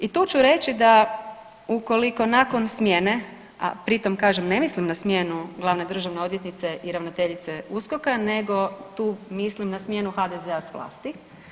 I tu ću reći da ukoliko nakon smjene a pritom kažem ne mislim na smjenu glavne državne odvjetnice i ravnateljice USKOK-a, nego tu mislim na smjenu HDZ-a s vlasti.